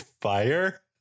fire